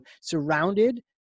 surrounded